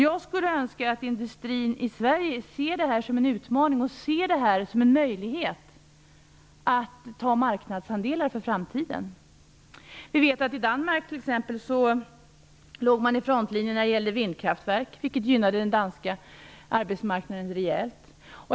Jag skulle önska att industrin i Sverige skulle se det här som en utmaning och som en möjlighet att vinna marknadsandelar för framtiden. I Danmark låg man t.ex. vid frontlinjen när det gällde vindkraftverk, vilket gynnade den danska arbetsmarknaden rejält.